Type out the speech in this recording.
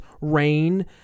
rain